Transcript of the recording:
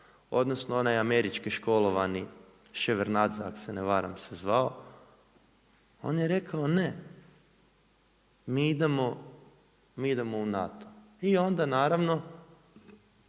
odnosno onaj američki školovani … ak se ne varam se zvao, on je rekao ne, mi idemo u NATO. I onda naravno